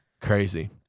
Crazy